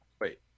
Wait